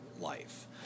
life